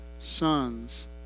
sons